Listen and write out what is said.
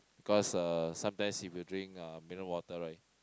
cause uh sometimes if you drink uh mineral water right